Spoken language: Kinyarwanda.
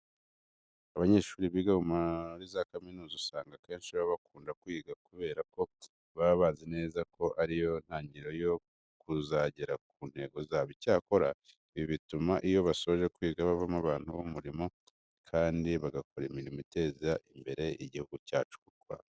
Abanyeshuri biga muri kaminuza usanga akenshi baba bakunda kwiga kubera ko baba bazi neza ko ari yo ntangiriro yo kuzagera ku ntego zabo. Icyakora ibi bituma iyo basoje kwiga bavamo abantu b'umumaro kandi bagakora imirimo iteza imbere Igihugu cy'u Rwanda.